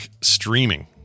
Streaming